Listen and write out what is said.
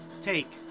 take